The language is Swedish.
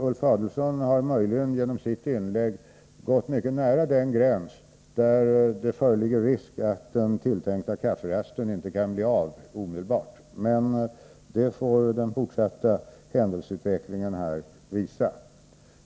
Ulf Adelsohn har möjligen genom sitt inlägg kommit mycket nära den gräns där det föreligger risk att den tilltänkta kafferasten inte kan bli av omedelbart. Men det får den fortsatta händelseutvecklingen här utvisa.